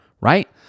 right